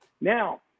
Now